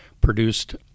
produced